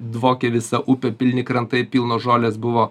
dvokė visa upė pilni krantai pilnos žolės buvo